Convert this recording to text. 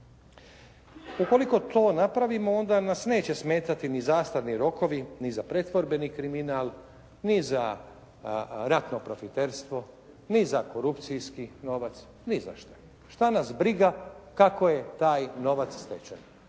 Ukoliko to napravimo onda nas neće smetati ni zastarni rokovi ni za pretvorbeni kriminal ni za ratno profiterstvo ni za korupcijski novac, ni za šta. Šta nas briga kako je taj novac stečen.